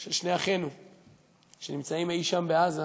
של שני אחינו שנמצאים אי-שם בעזה.